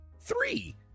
three